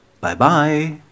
Bye-bye